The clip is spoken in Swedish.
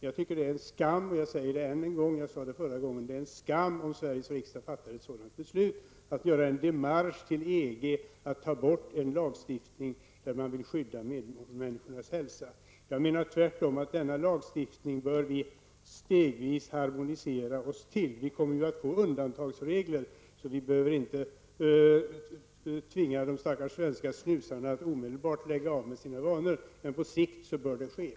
Jag vill än en gång säga, jag sade det förut i mitt anförande, att det är en skam om Sveriges riksdag fattar beslut om att göra en démarche till EG om att man skall ta bort en lagstiftning som syftar till att skydda medmänniskornas hälsa. Jag menar att vi tvärtom stegvis bör harmonisera oss till denna lagstiftning. Vi kommer ju att få undantagsregler och behöver inte omedelbart tvinga de stackars svenska snusarna att omedelbart upphöra med sina vanor. Men detta bör ske på sikt.